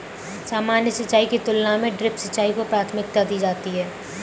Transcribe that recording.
सामान्य सिंचाई की तुलना में ड्रिप सिंचाई को प्राथमिकता दी जाती है